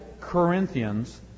Corinthians